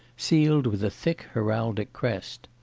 sealed with a thick heraldic crest.